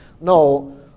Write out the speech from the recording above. No